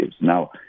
Now